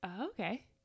Okay